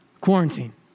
quarantine